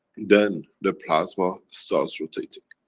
then the plasma starts rotating.